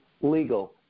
legal